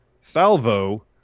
salvo